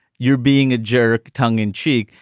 you're being a jerk tongue in cheek,